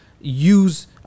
use